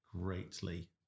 greatly